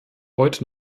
heute